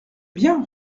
bien